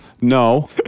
No